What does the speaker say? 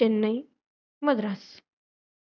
Chennai Madras